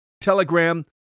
Telegram